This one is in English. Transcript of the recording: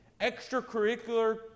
extracurricular